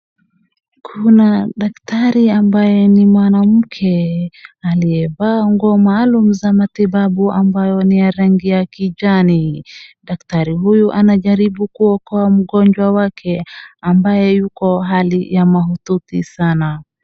Kuna daktari ambaye ni mwanamke, aliyevaa nguo maalum za matibabu ambayo ni ya rangi ya kijani. Daktari huyu anajaribu kuokoa mgonjwa wake ambaye yuko hali ya mahututi sana.